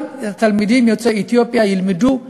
תלמידים יוצאי אתיופיה ילמדו בישיבה.